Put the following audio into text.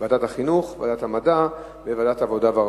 ועדת החינוך, ועדת המדע וועדת העבודה והרווחה.